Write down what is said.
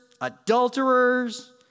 adulterers